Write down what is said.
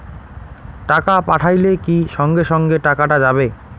টাকা পাঠাইলে কি সঙ্গে সঙ্গে টাকাটা যাবে?